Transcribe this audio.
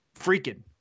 freaking